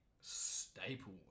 staple